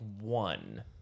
one